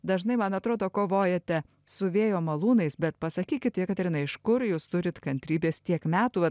dažnai man atrodo kovojate su vėjo malūnais bet pasakykit jekaterina iš kur jūs turit kantrybės tiek metų vat